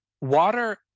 water